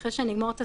של ייעוץ וחקיקה,